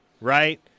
right